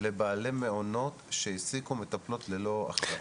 לבעלי מעונות שהעסיקו מטפלות ללא הכשרה?